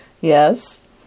Yes